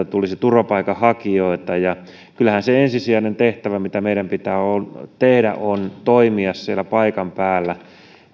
tulisi turvapaikanhakijoita kyllähän se ensisijainen tehtävä mitä meidän pitää tehdä on toimia siellä paikan päällä